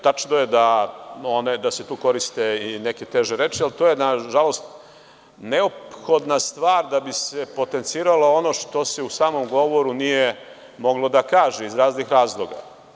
Tačno je da se tu koriste i neke teže reči, ali to je nažalost neophodna stvar da bi se potenciralo ono što se u samom govoru nije moglo reći iz raznih razloga.